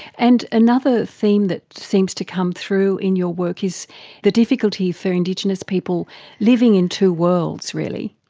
and another theme that seems to come through in your work is the difficulty for indigenous people living in two worlds really.